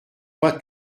pas